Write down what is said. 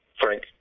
Frank